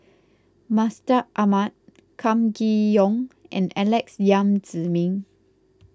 Mustaq Ahmad Kam Kee Yong and Alex Yam Ziming